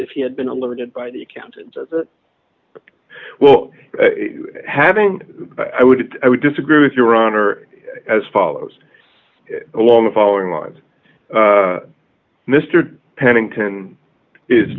if he had been alerted by the accountant as well having i would i would disagree with your honor as follows along the following lines mr pennington is